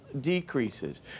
decreases